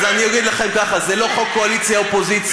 אז אני אגיד לכם ככה: זה לא חוק קואליציה אופוזיציה.